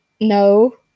No